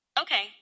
Okay